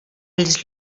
els